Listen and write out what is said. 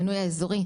המנוי האזורי,